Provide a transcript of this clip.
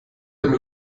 dem